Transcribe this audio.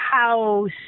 house